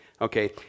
okay